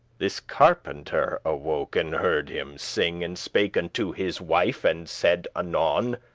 this carpenter awoke, and heard him sing, and spake unto his wife, and said anon,